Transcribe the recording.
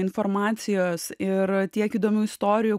informacijos ir tiek įdomių istorijų